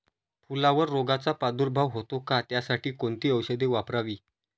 फुलावर रोगचा प्रादुर्भाव होतो का? त्यासाठी कोणती औषधे वापरावी?